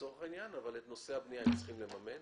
כאשר את נושא הבנייה הם צריכים לממן.